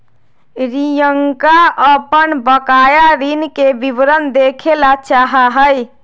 रियंका अपन बकाया ऋण के विवरण देखे ला चाहा हई